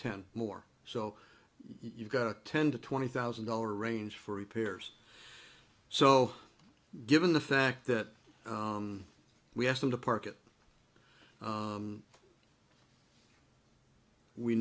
ten more so you've got a ten to twenty thousand dollar range for repairs so given the fact that we asked them to park it